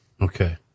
Okay